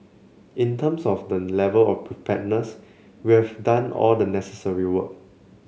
in terms of the level of preparedness we have done all the necessary work